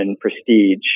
prestige